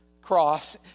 cross